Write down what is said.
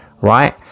Right